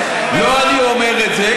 לא אני אומר את זה,